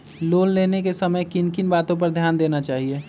Loan लेने के समय किन किन वातो पर ध्यान देना चाहिए?